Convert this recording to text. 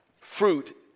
Fruit